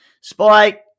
Spike